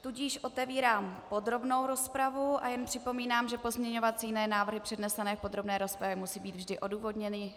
Tudíž otevírám podrobnou rozpravu a jen připomínám, že pozměňovací návrhy přednesené v rozpravě musí být vždy odůvodněny.